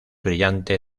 brillante